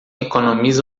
economiza